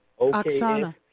oksana